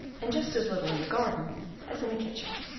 and just as little in the garden as in the kitchen.